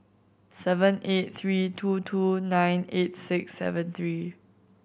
seven eight three two two nine eight six seven three